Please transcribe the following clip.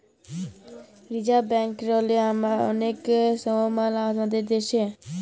reserve ব্যাংকেরলে অলেক সমমাল আমাদের দ্যাশে